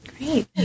Great